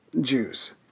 Jews